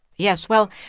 yes. well,